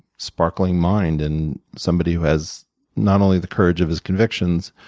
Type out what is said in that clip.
sparkling mind, and somebody who has not only the courage of his convictions,